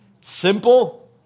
Simple